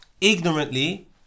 ignorantly